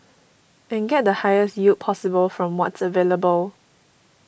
and get the highest yield possible from what's available